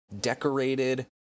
decorated